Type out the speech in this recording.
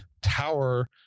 tower